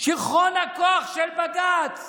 שיכרון הכוח של בג"ץ